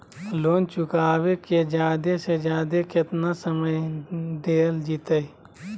Loan चुकाबे के जादे से जादे केतना समय डेल जयते?